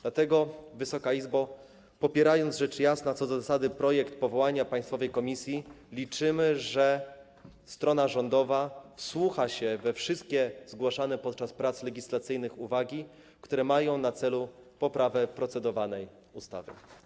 Dlatego, Wysoka Izbo, popierając rzecz jasna co do zasady projekt powołania państwowej komisji, liczymy, że strona rządowa wsłucha się we wszystkie zgłaszane podczas prac legislacyjnych uwagi, które mają na celu poprawę procedowanej ustawy.